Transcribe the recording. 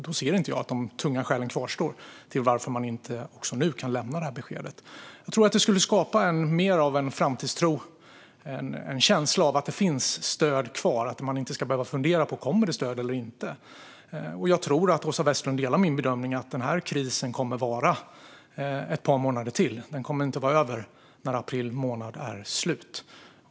Då ser inte jag att de tunga skälen kvarstår till att man inte också nu skulle kunna lämna det här beskedet. Jag tror att det skulle skapa mer av en framtidstro och en känsla av att det finns stöd kvar. Företagen ska inte behöva fundera på om det kommer stöd eller inte. Jag tror att Åsa Westlund delar min bedömning att krisen kommer att vara ett par månader till. Den kommer inte att vara över när april månad är slut.